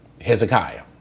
Hezekiah